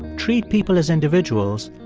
treat people as individuals,